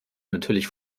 natürlich